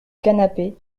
canapé